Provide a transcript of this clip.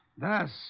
Thus